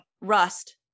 rust